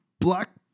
black